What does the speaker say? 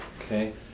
okay